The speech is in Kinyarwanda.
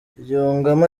yungamo